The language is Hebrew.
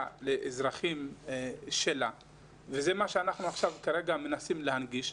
לאזרחים שלה וזה מה שאנחנו כרגע מנסים להנגיש.